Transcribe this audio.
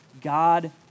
God